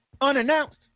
unannounced